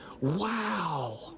Wow